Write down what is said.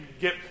get